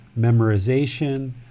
memorization